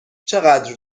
چقدر